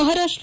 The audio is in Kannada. ಮಹಾರಾಷ್ಟ